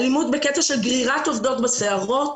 אלימות בקטע של גרירת עובדות בשערות,